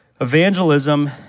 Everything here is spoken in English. Evangelism